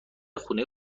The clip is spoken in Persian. خونه